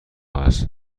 است